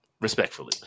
Respectfully